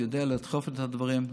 יודע לדחוף את הדברים,